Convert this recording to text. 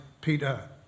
Peter